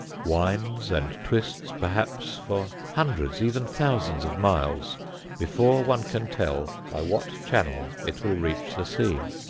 winds and twists perhaps for hundreds, even thousands of miles before one can tell by what channel it will reach the sea.